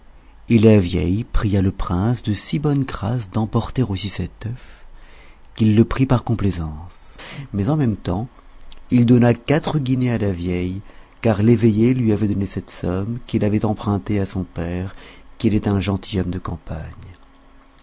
et la vieille pria le prince de si bonne grâce d'emporter aussi cet œuf qu'il le prit par complaisance mais en même tems il donna quatre guinées à la vieille car l'éveillé lui avait donné cette somme qu'il avait empruntée de son père qui était un gentilhomme de campagne